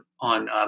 on